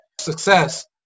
success